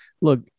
Look